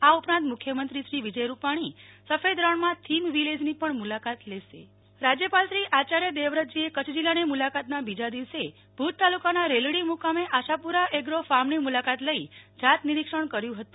આ ઉપરાંત મુખ્યમંત્રીશ્રી વિજયભાઇ રૂપાણી સફેદ રણમાં થીમ વિલેજની પણ મુલાકાત લેશે નેહ્લ ઠક્કર રાજ્યપાલશ્રી કચ્છ મુલાકાત રાજ્યપાલશ્રી આયાર્થ દેવવ્રતજીએ કચ્છ જિલ્લાની મુલાકાતના બીજા દિવસે ભુજ તાલુકાના રેલડી મુકામે આશાપુરા એગ્રો ફાર્મની મુલાકાત લઇ જાત નિરીક્ષણ કર્યું હતું